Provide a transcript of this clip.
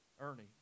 Ernie